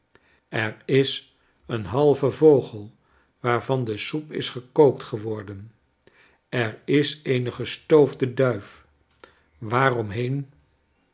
er is een halve vogel waarvan de soep is gekookt geworden er is eene gestoofde duif waaromheen